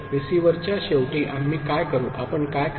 रिसीव्हरच्या शेवटी आम्ही काय करू आपण काय कराल